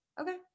okay